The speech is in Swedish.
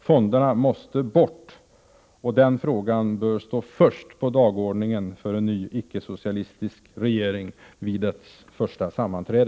Fonderna måste bort, och den frågan bör stå först på dagordningen för en ny icke-socialistisk regering vid dess första sammanträde.